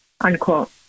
unquote